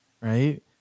right